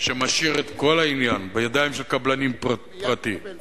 שמשאיר את כל העניין בידיים של קבלנים פרטיים,